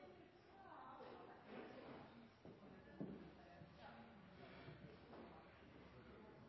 grunnlag for dette.